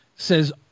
says